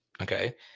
Okay